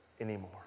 anymore